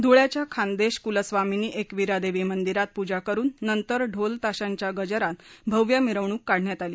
धुळ्याच्या खानदेश कुलस्वामीनी एकविरादेवी मंदिरात पूजा करुन नंतर ढोल ताशांच्या गजरात भव्य मिरवणूक काढण्यात आली